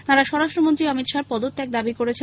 তাঁরা স্বরাষ্ট্রমন্ত্রী অমিত শাহের পদত্যাগ দাবী করেন